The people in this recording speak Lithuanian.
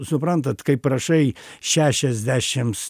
suprantat kai prašai šešiasdešims